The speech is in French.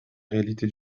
réalité